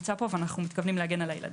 ואנו מתכוונים להגן על הילדים.